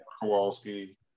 Kowalski